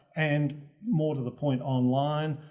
and more to the point online,